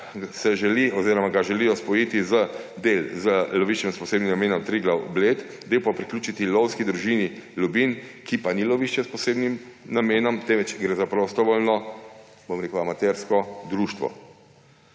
Del tega lovišča želijo spojiti z loviščem s posebnim namenom Triglav Bled, del pa priključiti lovski družini Ljubinj, ki pa ni lovišče s posebnim namenom, temveč gre za prostovoljno, bom rekel amatersko, društvo.